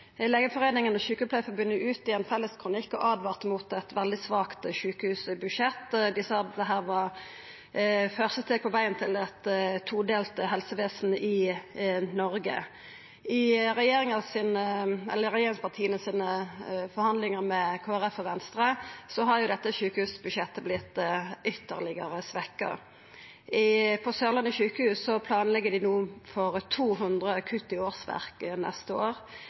Legeforeninga og Sjukepleiarforbundet ut i ein felles kronikk og åtvara mot eit veldig svakt sjukehusbudsjett. Dei sa at dette er det første steget på vegen til eit todelt helsevesen i Noreg. I regjeringspartia sine forhandlingar med Kristeleg Folkeparti og Venstre har dette sjukehusbudsjettet vorte ytterlegare svekt. På Sørlandet sjukehus planlegg dei no for å kutta 200 årsverk neste år.